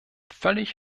völlig